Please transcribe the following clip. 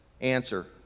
answer